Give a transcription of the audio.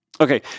Okay